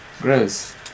Gross